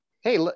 Hey